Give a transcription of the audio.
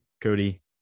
Cody